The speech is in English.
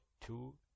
two